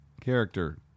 Character